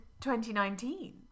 2019